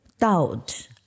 doubt